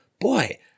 Boy